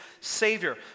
savior